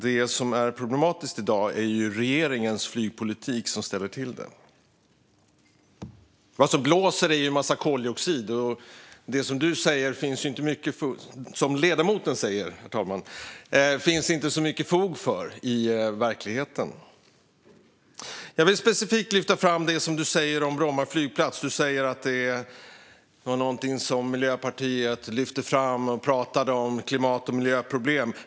Det som är problematiskt i dag är regeringens flygpolitik, och det som blåser är en massa koldioxid. Det som ledamoten säger finns det inte så mycket fog för i verkligheten. Jag vill specifikt lyfta fram det du säger om Bromma flygplats. Flygplatsen ska vara något som Miljöpartiet särskilt lyfter fram när man pratar om klimat och miljöproblem.